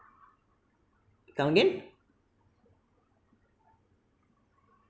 come again